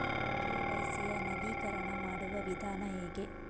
KYC ಯ ನವೀಕರಣ ಮಾಡುವ ವಿಧಾನ ಹೇಗೆ?